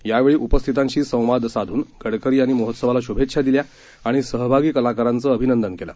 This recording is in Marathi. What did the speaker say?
यावेळी उपस्थितांशी संवाद साधून गडकरी यांनी महोत्सवाला शूभेच्छा दिल्या आणि सहभागी कलाकारांचं अभिनंदन केलं